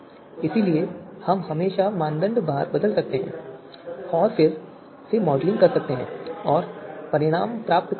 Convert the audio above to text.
इसलिए हम हमेशा मानदंड भार बदल सकते हैं और फिर से मॉडलिंग कर सकते हैं और परिणाम प्राप्त कर सकते हैं